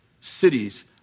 cities